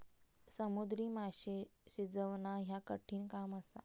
समुद्री माशे शिजवणा ह्या कठिण काम असा